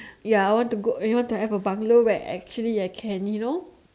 ya I want to go you know to have a bungalow where actually I can you know